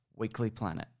weeklyplanet